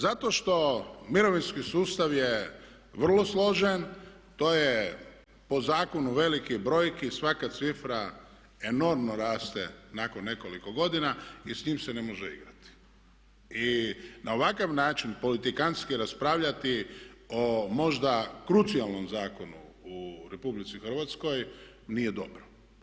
Zato što mirovinski sustav je vrlo složen, to je po zakonu veliki brojki i svaka cifra enormno raste nakon nekoliko godina i s tim se ne može igrati i na ovakav način politikantski raspravljati o možda krucijalnom zakonu u RH nije dobro.